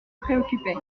préoccupait